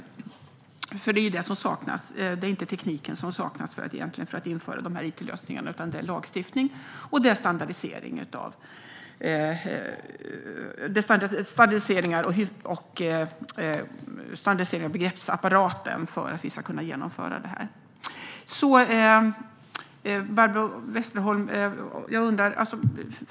Det är ju det som saknas. Det är egentligen inte tekniken som saknas för att införa de här it-lösningarna, utan det är lagstiftning och standardiseringar av begreppsapparaten för att vi ska kunna genomföra detta.